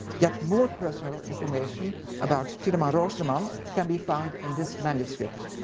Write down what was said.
yet more personal information about tieleman roosterman can be found in this manuscript.